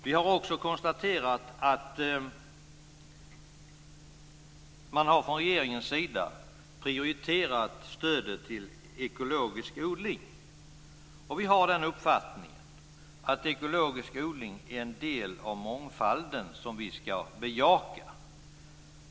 Vi har också konstaterat att man från regeringens sida har prioriterat stödet till ekologisk odling. Vi har uppfattningen att ekologisk odling är en del av mångfalden, som vi ska bejaka.